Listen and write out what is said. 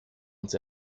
uns